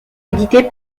éditée